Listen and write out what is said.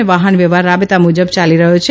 અને વાહનવ્યવહાર રાતે તા મુપ્ત ચાલી રહ્યો છે